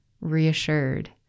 reassured